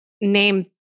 name